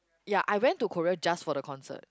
ya I went to Korea just for the concert